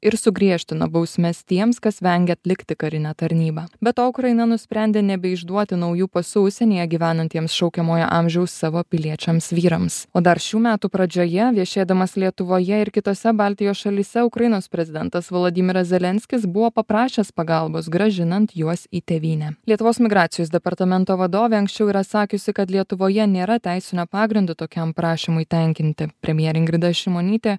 ir sugriežtino bausmes tiems kas vengia atlikti karinę tarnybą be to ukraina nusprendė nebeišduoti naujų pasų užsienyje gyvenantiems šaukiamojo amžiaus savo piliečiams vyrams o dar šių metų pradžioje viešėdamas lietuvoje ir kitose baltijos šalyse ukrainos prezidentas volodymyras zelenskis buvo paprašęs pagalbos grąžinant juos į tėvynę lietuvos migracijos departamento vadovė anksčiau yra sakiusi kad lietuvoje nėra teisinio pagrindo tokiam prašymui tenkinti premjerė ingrida šimonytė